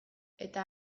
eta